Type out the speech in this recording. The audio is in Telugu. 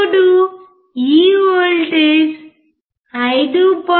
ఇప్పుడు ఈ వోల్టేజ్ 5